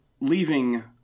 leaving